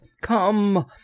Come